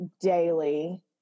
daily